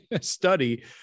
study